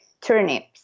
turnips